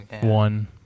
one